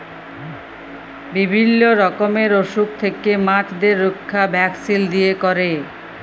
বিভিল্য রকমের অসুখ থেক্যে মাছদের রক্ষা ভ্যাকসিল দিয়ে ক্যরে